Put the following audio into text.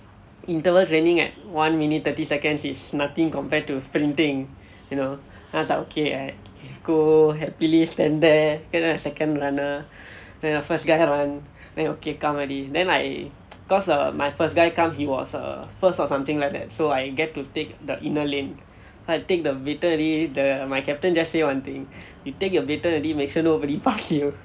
interval training like one minute thirty seconds is nothing compared to sprinting you know then I was like okay go happily stand there second runner then the first guy come he was err first or something like that so I get to take the inner lane so I take the baton already the my captain just say one thing you take your baton already make sure nobody past you